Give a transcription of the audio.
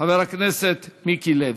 חבר הכנסת מיקי לוי.